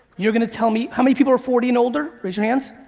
you're gonna tell me, how many people are forty and older? raise your hands.